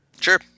sure